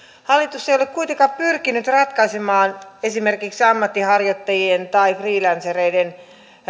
hallitus ei ole kuitenkaan pyrkinyt ratkaisemaan esimerkiksi ammatinharjoittajien tai freelancereiden